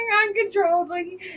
uncontrollably